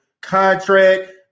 contract